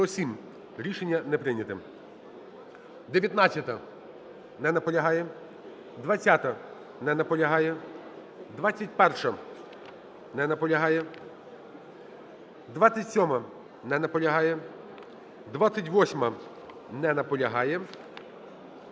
Рішення не прийнято.